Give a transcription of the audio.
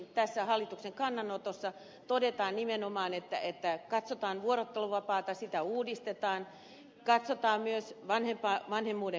tässä hallituksen kannanotossa todetaan nimenomaan että työn ja perheen yhteensovittamiseksi katsotaan vuorotteluvapaata sitä uudistetaan katsotaan myös vanhemmuuden kustannuksia vanhempainvapaita